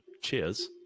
Cheers